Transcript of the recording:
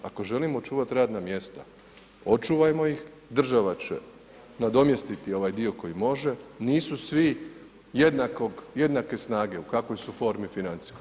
Ako želimo očuvati radna mjesta očuvajmo ih, država će nadomjestiti ovaj dio koji može, nisu svi jednake snage u kakvoj su formi financijskoj.